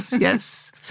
yes